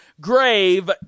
Grave